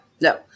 no